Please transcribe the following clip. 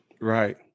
right